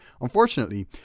Unfortunately